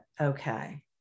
Okay